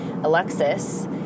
Alexis